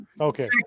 Okay